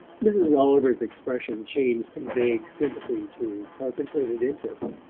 mrs. rolliver's expression changed from vague sympathy to concentrated interest.